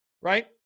right